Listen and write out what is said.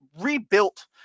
rebuilt